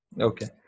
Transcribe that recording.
Okay